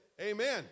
Amen